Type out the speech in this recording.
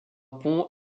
pont